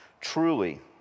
Truly